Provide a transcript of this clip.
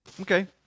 Okay